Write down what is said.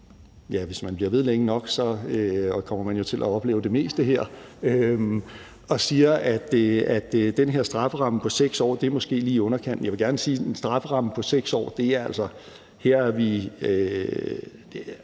hvis man bliver ved længe nok, kommer man jo til at opleve det meste her. De siger, at den her strafferamme på 6 år måske er lige i underkanten. Jeg vil gerne sige, at med en strafferamme på 6 år er vi altså oppe i